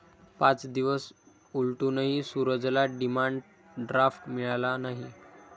पाच दिवस उलटूनही सूरजला डिमांड ड्राफ्ट मिळाला नाही